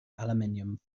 aluminium